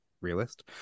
realist